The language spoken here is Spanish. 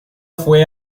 fue